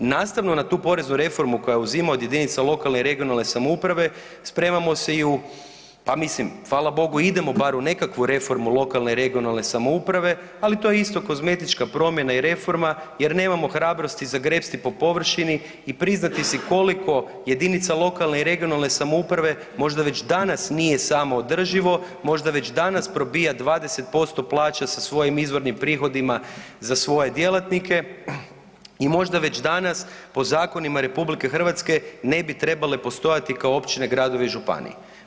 Nastavno na tu poreznu reformu koja uzima od jedinica lokalne i regionalne samouprave spremamo se i u pa mislim fala Bogu idemo bar u nekakvu reformu lokalne i regionalne samouprave, ali to je isto kozmetička promjena i reforma jer nemamo hrabrosti zagrepsti po površini i priznati si koliko je jedinica lokalne i regionalne samouprave možda već danas nije samoodrživo, možda već danas probija 20% plaća sa svojim izvornim prihodima za svoje djelatnike i možda već danas po zakonima RH ne bi trebale postojati kao općine, gradovi i županije.